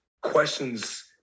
questions